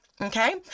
Okay